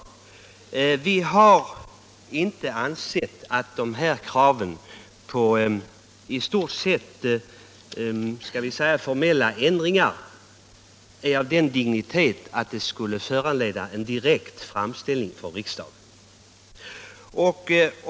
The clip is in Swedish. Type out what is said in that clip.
Vi har inte ansett att kraven på i stort sett formella ändringar är av sådan dignitet att de bör föranleda någon direkt framställning från riksdagen.